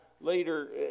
later